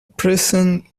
present